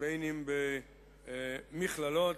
ואם במכללות,